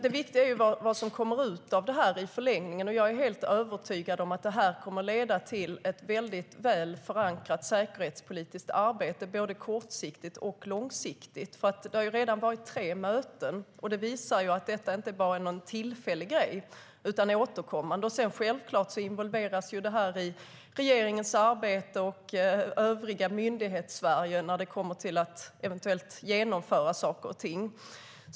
Det viktiga är vad som kommer ut av detta i förlängningen, och jag är helt övertygad om att det kommer att leda till ett väldigt väl förankrat säkerhetspolitiskt arbete både kortsiktigt och långsiktigt. Det har redan varit tre möten, och det visar att detta inte bara är någon tillfällig grej utan återkommande. Självklart involveras detta i regeringens arbete och övriga Myndighetssverige när det kommer till att eventuellt genomföra saker och ting.